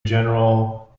general